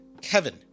Kevin